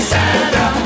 Santa